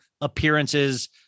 appearances